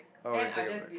oh and take a break